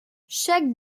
chaque